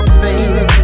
baby